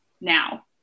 now